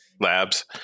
labs